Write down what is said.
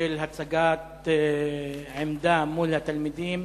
בשל הצגת עמדה מול התלמידים,